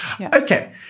Okay